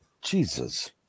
Jesus